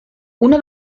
una